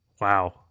Wow